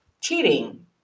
cheating